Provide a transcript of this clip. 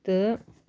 تہٕ